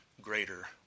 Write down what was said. greater